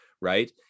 right